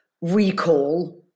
recall